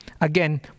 again